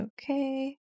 Okay